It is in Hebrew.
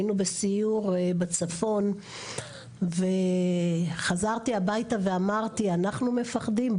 היינו בסיור בצפון וחזרתי הביתה ואמרתי אנחנו מפחדים?